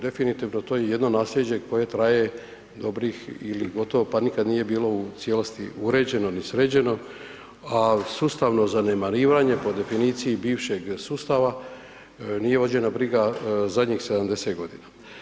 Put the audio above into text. Definitivno, to je jedno nasljeđe koje traje dobrih ili gotovo pa nikad nije bilo u cijelosti uređeno ni sređeno, ali sustavno zanemarivanje po definiciji bivšeg sustava, nije vođena briga zadnjih 70 godina.